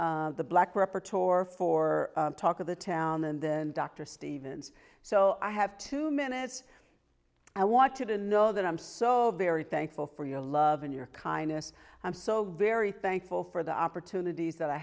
at the black repertory for talk of the town and then dr stevens so i have two minutes i want to know that i'm so very thankful for your love and your kindness i'm so very thankful for the opportunities that i